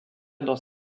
dans